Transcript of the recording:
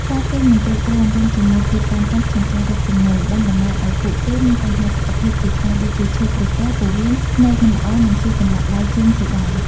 ការគេងមិនគ្រប់គ្រាន់ រួមជាមួយភាពតានតឹងក្នុងការរកចំណូល បានបណ្ដាលឱ្យពួកគេមានបញ្ហាសុខភាពជាច្រើន ដូចជាឈឺក្រពះ ពោះវៀន ភ្នែកមិនល្អ និងឈឺសន្លាក់ដៃជើងជាដើម។